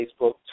Facebook